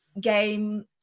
game